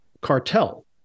cartel